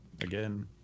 again